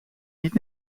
niet